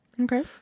Okay